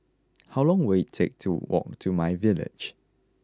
how long will it take to walk to my village